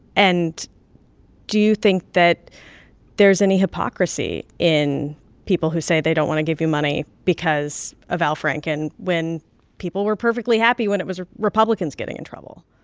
and do you think that there's any hypocrisy in people who say they don't want to give you money because of al franken, when people were perfectly happy when it was republicans getting in trouble?